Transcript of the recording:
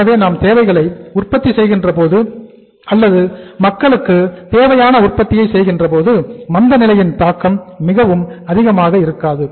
எனவே நாம் தேவைகளை உற்பத்தி செய்கின்ற போது அல்லது மக்களுக்கு தேவையான உற்பத்தியை செய்கின்றபோது மந்தநிலையின் தாக்கம் மிக அதிகமாக இருக்காது